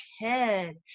head